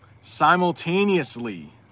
Simultaneously